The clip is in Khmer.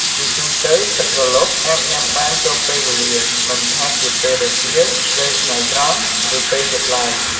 ជាទូទៅ ទឹកក្រឡុកអាចញុាំបានគ្រប់ពេលវេលាមិនថាពេលរសៀល ពេលថ្ងៃត្រង់ ឬពេលយប់ឡើយ។